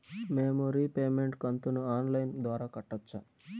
మేము రీపేమెంట్ కంతును online ద్వారా కట్టొచ్చా